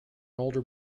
older